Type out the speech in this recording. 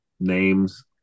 Names